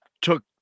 Took